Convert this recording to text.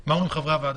מה אומרים חברי הוועדה?